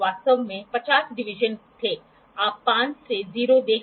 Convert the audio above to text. supplement 1 और 3 क्वाड्रंटों work part के लिए ओब्टयूस एंगल होना चाहिए